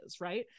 right